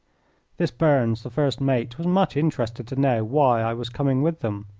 this burns, the first mate, was much interested to know why i was coming with them.